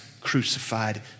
crucified